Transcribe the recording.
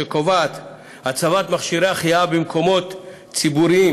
שקובעת הצבת מכשירי החייאה במקומות ציבוריים